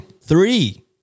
Three